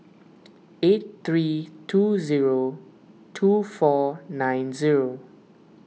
eight three two zero two four nine zero